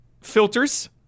filters